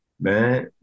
Man